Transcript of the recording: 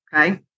okay